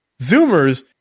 Zoomers